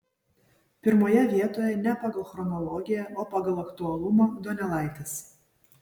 pirmoje vietoje ne pagal chronologiją o pagal aktualumą donelaitis